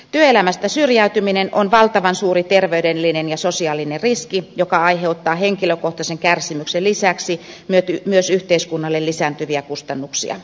työelämästä syrjäytyminen on valtavan suuri terveydellinen ja sosiaalinen riski joka aiheuttaa henkilökohtaisen kärsimyksen lisäksi myös yhteiskunnalle lisääntyviä kustannuksia